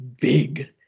big